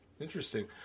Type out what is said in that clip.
Interesting